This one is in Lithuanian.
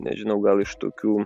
nežinau gal iš tokių